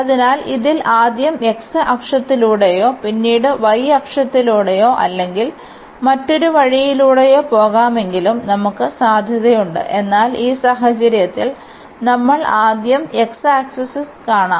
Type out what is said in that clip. അതിനാൽ ഇതിൽ ആദ്യം x അക്ഷത്തിലൂടെയോ പിന്നീട് y അക്ഷത്തിലൂടെയോ അല്ലെങ്കിൽ മറ്റൊരു വഴിയിലൂടെയോ പോകാമെങ്കിലും നമുക്ക് സാധ്യതയുണ്ട് എന്നാൽ ഈ സാഹചര്യത്തിൽ നമ്മൾ ആദ്യം x ആക്സിസ് കാണാം